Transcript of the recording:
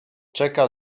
czeka